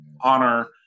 honor